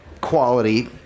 quality